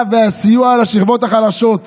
הסיוע והעזרה לשכבות החלשות.